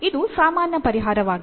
ಇದು ಸಾಮಾನ್ಯ ಪರಿಹಾರವಾಗಿತ್ತು